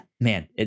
man